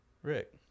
Rick